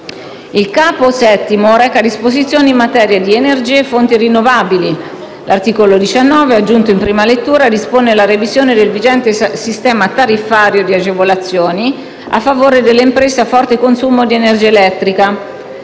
Il Capo VII reca disposizioni in materia di energia e fonti rinnovabili. L'articolo 19, aggiunto in prima lettura, dispone la revisione del vigente sistema tariffario di agevolazioni a favore delle imprese a forte consumo di energia elettrica